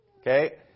okay